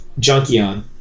Junkion